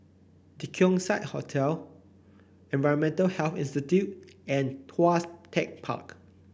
The Keong Saik Hotel Environmental Health Institute and Tuas Tech Park